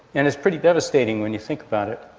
and it's pretty devastating when you think about it.